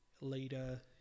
leader